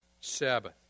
Sabbath